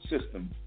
system